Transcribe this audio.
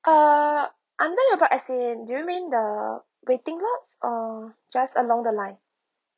uh under you part as in do you mean the waiting lots or just along the line